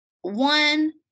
one